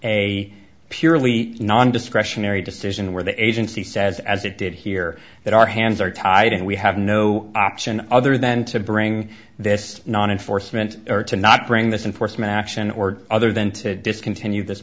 a purely non discretionary decision where the agency says as it did here that our hands are tied and we have no option other than to bring this non enforcement or to not bring this in portsmouth action or other than to discontinue this